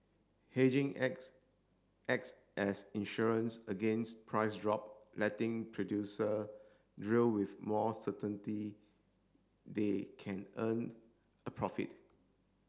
hedging acts acts as insurance against price drop letting producer drill with more certainty they can earn a profit